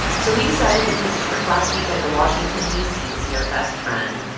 so we decided to take a trip last weekend to washington, d c, to see our best friend.